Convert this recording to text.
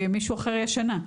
ומישהו אחר יהיה שנה.